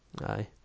Aye